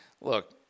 look